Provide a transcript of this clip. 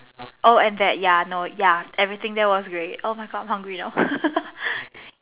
oh and that ya no ya everything there was great oh my God I'm hungry now